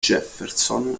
jefferson